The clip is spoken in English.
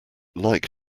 like